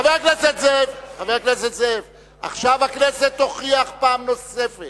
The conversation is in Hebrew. חבר הכנסת זאב, עכשיו הכנסת תוכיח פעם נוספת